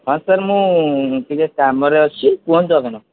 ହଁ ସାର୍ ମୁଁ ଟିକିଏ କାମରେ ଅଛି କୁହନ୍ତୁ ଆପଣ